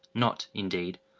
not, indeed,